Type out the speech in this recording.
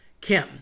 Kim